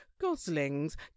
goslings